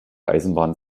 eisenbahn